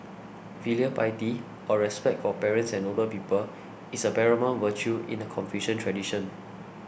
filial piety or respect for parents and older people is a paramount virtue in the Confucian tradition